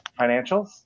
financials